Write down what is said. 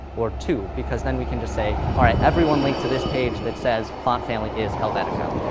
or two, because then we can just say, all right, everyone link to this page that says font family is helvetica.